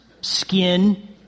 skin